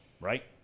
Right